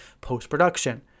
post-production